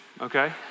okay